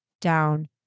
down